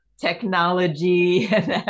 technology